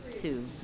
two